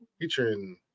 featuring